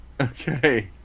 Okay